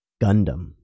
Gundam